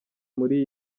muri